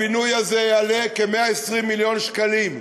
הפינוי הזה יעלה כ-120 מיליון שקלים.